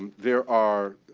there are